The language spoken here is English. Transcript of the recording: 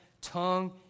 tongue